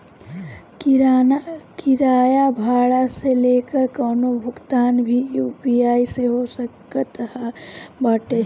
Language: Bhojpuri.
किराया भाड़ा से लेके कवनो भुगतान भी यू.पी.आई से हो सकत बाटे